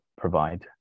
provide